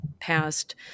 past